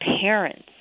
parents